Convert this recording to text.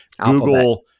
Google